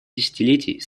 десятилетий